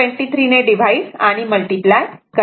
23 ने डिव्हाइड आणि मल्टिप्लाय करा